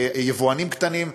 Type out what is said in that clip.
יבואנים קטנים,